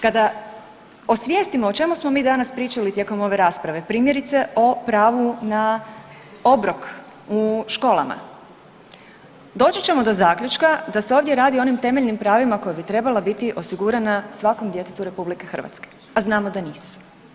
Kada osvijestimo o čemu smo mi danas pričali tijekom ove rasprave primjerice o pravu na obrok u školama, doći ćemo do zaključka da se ovdje radi o onim temeljenim pravima koja bi trebala biti osigurana svakom djetetu RH, a znamo da nisu.